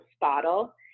bottle